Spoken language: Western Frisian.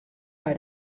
mei